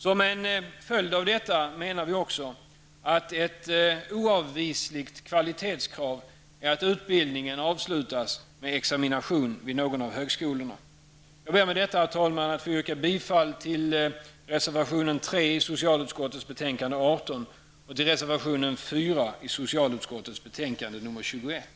Som en följd av detta menar vi också att ett oavvisligt kvalitetskrav är att utbildningen avslutas med examination vid någon av högskolorna. Herr talman! Jag ber med detta att få yrka bifall till reservation nr 3 i socialutskottets betänkande 18